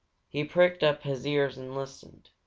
he pricked up his ears and listened.